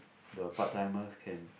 the part timers can